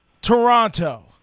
Toronto